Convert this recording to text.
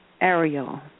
Ariel